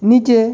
নিচে